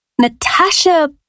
Natasha